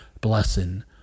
blessing